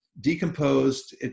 decomposed